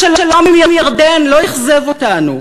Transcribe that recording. השלום עם ירדן לא אכזב אותנו.